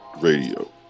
Radio